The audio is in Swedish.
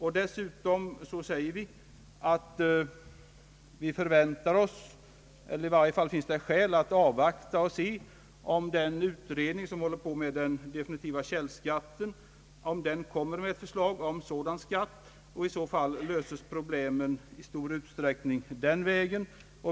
Utskottet anser att det finns skäl att avvakta den utredning som behandlar den definitiva källskatten. Om utredningen 'kan konstruera ett förslag till definitiv: källskatt löses problemen i stor utsträckning den vägen.